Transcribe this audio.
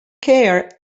care